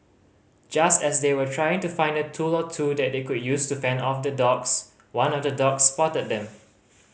just as they were trying to find a tool or two that they could use to fend off the dogs one of the dogs spotted them